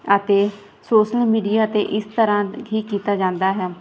ਅਤੇ social media 'ਤੇ ਇਸ ਤਰ੍ਹਾਂ ਹੀ ਕੀਤਾ ਜਾਂਦਾ ਹੈ